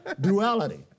Duality